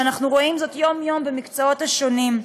ואנחנו רואים זאת יום-יום במקצועות השונים.